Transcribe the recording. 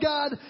God